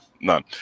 none